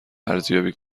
ارزیابی